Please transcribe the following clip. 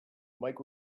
mike